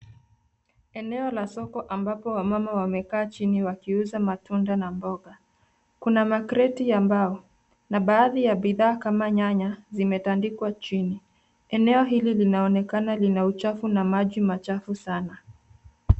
Eneo la soko ambapo wamama wamekaa chini wakiuza matunda na mboga. Kuna makreti ya mbao na baadhi ya bidhaa kama nyanya zimetandikwa chini. Eneo hili linaonekana lina uchafu na maji machafu sana.